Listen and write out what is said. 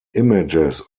images